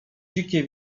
dzikie